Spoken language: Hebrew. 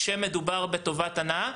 כשמדובר בטובת הנאה,